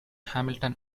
hamilton